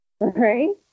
right